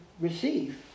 receive